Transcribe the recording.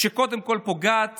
שקודם כול פוגעת